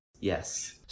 Yes